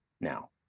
now